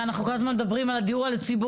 הרי אנחנו כל הזמן מדברים על הדיור הציבורי,